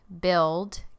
build